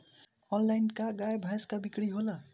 Online का गाय भैंस क बिक्री होला?